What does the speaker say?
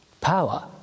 power